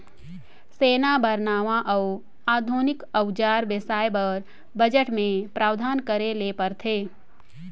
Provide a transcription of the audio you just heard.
सेना बर नावां अउ आधुनिक अउजार बेसाए बर बजट मे प्रावधान करे ले परथे